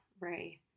Ray